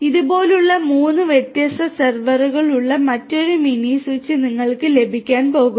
ഇതുപോലുള്ള മൂന്ന് വ്യത്യസ്ത സെർവറുകളുള്ള മറ്റൊരു മിനി സ്വിച്ച് നിങ്ങൾക്ക് ലഭിക്കാൻ പോകുന്നു